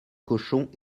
cochons